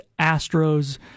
Astros